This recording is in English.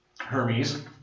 Hermes